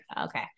okay